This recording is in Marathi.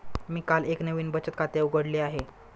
मी काल एक नवीन बचत खाते उघडले आहे